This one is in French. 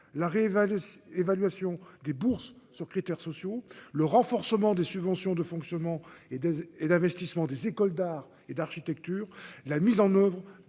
évaluation des bourses sur critères sociaux, le renforcement des subventions de fonctionnement et des et d'investissement des écoles d'art et d'architecture, la mise en oeuvre